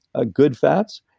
ah good fats,